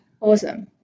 Awesome